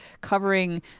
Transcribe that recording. covering